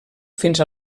fins